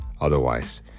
otherwise